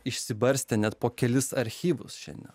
išsibarstę net po kelis archyvus šiandien